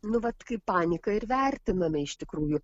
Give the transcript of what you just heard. nu vat kaip paniką ir vertiname iš tikrųjų